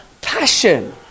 passion